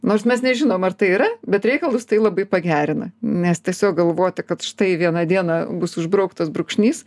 nors mes nežinom ar tai yra bet reikalus tai labai pagerina nes tiesiog galvoti kad štai vieną dieną bus užbrauktas brūkšnys